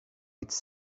its